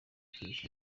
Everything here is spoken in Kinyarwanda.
kibyihishe